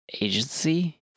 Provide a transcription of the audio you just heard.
agency